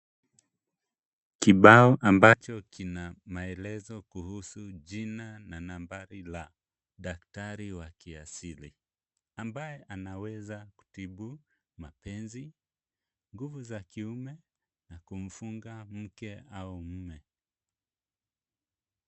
Kibao ambacho kina maelezo kuhusu jina na nambari la daktari wa kiasili, ambaye anaweza kutibu mapenzi, nguvu za kiume, na kumfunga mke au mume.